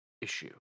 issue